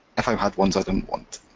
if i had ones i didn't want.